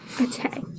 Okay